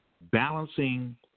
balancing